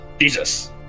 Jesus